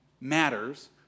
matters